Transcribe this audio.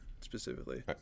specifically